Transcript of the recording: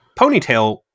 ponytail